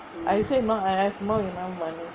I say no I have not enough money